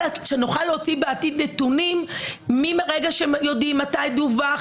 להוציא בעתיד נתונים מהרגע שיודעים מתי דווח,